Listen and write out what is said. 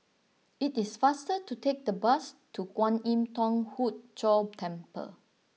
it is faster to take the bus to Kwan Im Thong Hood Cho Temple